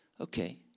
Okay